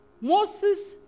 Moses